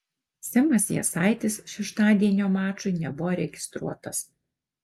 simas jasaitis šeštadienio mačui nebuvo registruotas